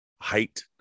height